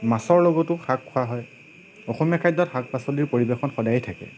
মাছৰ লগতো শাক খোৱা হয় অসমীয়া খাদ্যত শাক পাচলিৰ পৰিবেশন সদায় থাকে